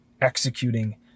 executing